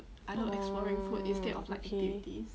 oh okay